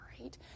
right